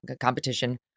competition